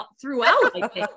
throughout